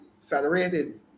federated